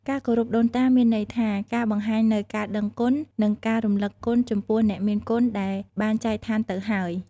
ការគោរពដូនតាមានន័យថា ការបង្ហាញនូវការដឹងគុណ និងការរំលឹកគុណចំពោះអ្នកមានគុណដែលបានចែកឋានទៅហើយ។